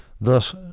thus